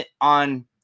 on